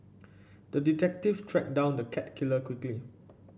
the detective tracked down the cat killer quickly